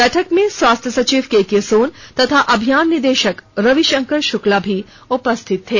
बैठक में स्वास्थ्य सचिव केके सोन तथा अभियान निदेशक रविशंकर शुक्ला भी उपस्थित थे